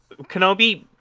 Kenobi